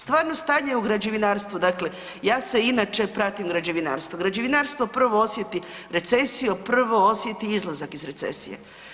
Stvarno stanje u građevinarstvu, dakle ja se inače pratim građevinarstvo, građevinarstvo prvo osjeti recesiju, prvo osjeti izlazak iz recesije.